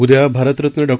उद्या भारतरत्न डॉ